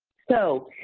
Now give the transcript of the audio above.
so,